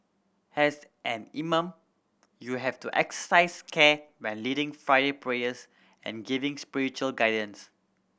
as an imam you have to exercise care when leading Friday prayers and giving spiritual guidance